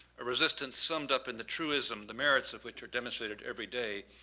a resistance summed up in the truism, the merits of which are demonstrated every day,